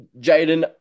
Jaden